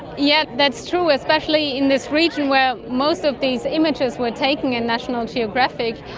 yes, that's true, especially in this region where most of these images were taken in national geographic.